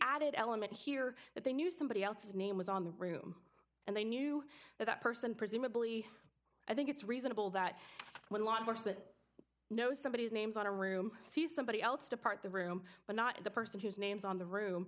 added element here that they knew somebody else's name was on the room and they knew that that person presumably i think it's reasonable that when law enforcement knows somebody is names on a room see somebody else depart the room but not the person who's names on the room